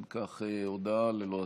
אם כך, הודעה ללא הצבעה.